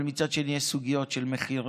אבל מצד שני יש סוגיות של מחירים